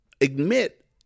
admit